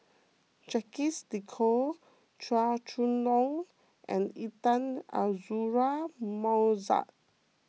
Jacques De Coutre Chua Chong Long and Intan Azura Mokhtar